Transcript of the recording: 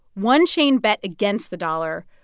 one chain bet against the dollar.